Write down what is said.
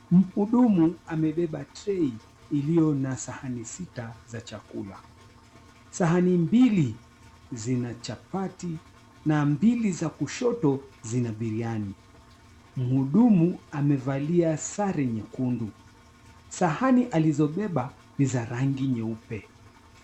Mhudumu amebeba tray iliyo na sahani sita za chakuka. Sahani mbili zina chapati na mbili za kushoto zina biriani. Mhudumu amevalia sare nyekundu. Sahani alizobeba ni za rangi nyeupe.